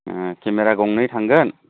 camera गंनै थांगोन